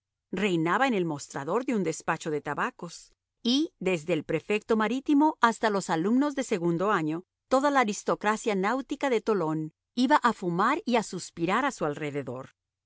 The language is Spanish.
reinaba en el mostrador de un despacho de tabacos y desde el prefecto marítimo hasta los alumnos de segundo año toda la aristocracia náutica de tolón iba a fumar y a suspirar a su alrededor